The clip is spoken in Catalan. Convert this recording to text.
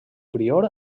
prior